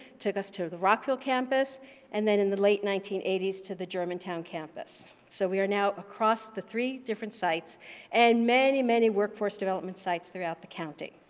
took us to the rockville campus and then in the late nineteen eighty s to the germantown campus. so we are now across the three different sites and many, many workforce development sites throughout the county.